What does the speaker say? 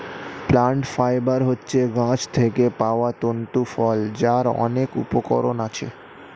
plant fibre হচ্ছে গাছ থেকে পাওয়া তন্তু ফল যার অনেক উপকরণ আছে